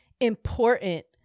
important